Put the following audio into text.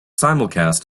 simulcast